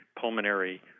pulmonary